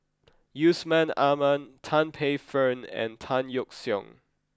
Yusman Aman Tan Paey Fern and Tan Yeok Seong